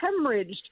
hemorrhaged